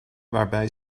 waarbij